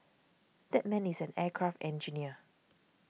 that man is an aircraft engineer